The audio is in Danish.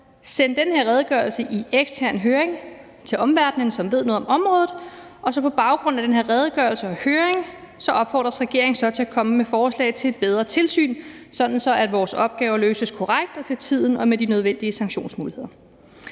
sende den her redegørelse i ekstern høring til omverdenen, som ved noget om området. På baggrund af den her redegørelse og høring opfordres regeringen så til at komme med forslag til et bedre tilsyn, sådan at vores opgaver løses korrekt, til tiden og med de nødvendige sanktionsmuligheder.